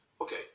Okay